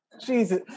jesus